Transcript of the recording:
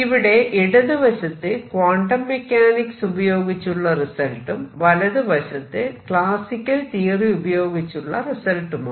ഇവിടെ ഇടതുവശത്ത് quantum mechanics ഉപയോഗിച്ചുള്ള റിസൾട്ടും വലതുവശത്ത് ക്ലാസിക്കൽ തിയറി ഉപയോഗിച്ചുള്ള റിസൾട്ടുമാണ്